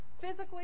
physically